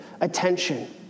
attention